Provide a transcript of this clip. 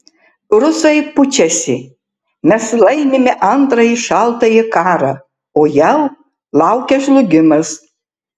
rusai pučiasi mes laimime antrąjį šaltąjį karą o jav laukia žlugimas